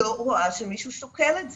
אני לא רואה שמישהו שוקל את זה.